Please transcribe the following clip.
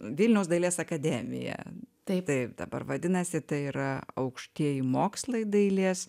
vilniaus dailės akademija tai dabar vadinasi tai yra aukštieji mokslai dailės